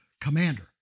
commander